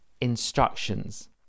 instructions